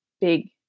big